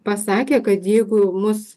pasakė kad jeigu mus